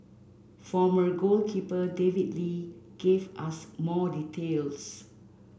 former goalkeeper David Lee gave us more details